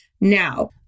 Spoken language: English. Now